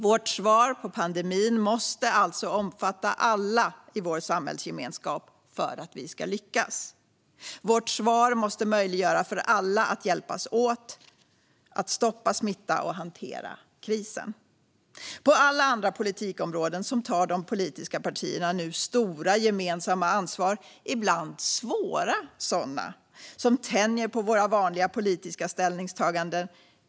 Vårt svar på pandemin måste alltså omfatta alla i vår samhällsgemenskap för att vi ska lyckas. Vårt svar måste möjliggöra för alla att hjälpas åt att stoppa smitta och hantera krisen. På alla andra politikområden tar de politiska partierna nu stora gemensamma ansvar, ibland svåra sådana som tänjer på våra vanliga politiska ställningstaganden.